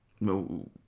no